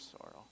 sorrow